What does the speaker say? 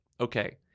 okay